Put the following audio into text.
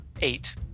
Eight